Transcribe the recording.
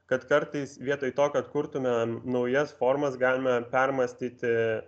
kad kartais vietoj to kad kurtume naujas formas galime permąstyti